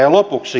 ja lopuksi